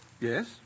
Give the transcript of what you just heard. Yes